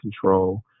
control